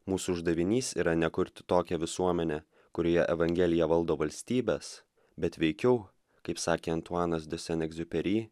mūsų uždavinys yra ne kurti tokią visuomenę kurioje evangelija valdo valstybes bet veikiau kaip sakė antuanas de sen egziuperi